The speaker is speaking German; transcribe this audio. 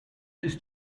ist